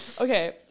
Okay